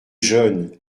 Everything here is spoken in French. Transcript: jeune